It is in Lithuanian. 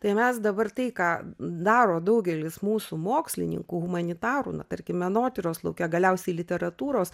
tai mes dabar tai ką daro daugelis mūsų mokslininkų humanitarų na tarkim menotyros lauke galiausiai literatūros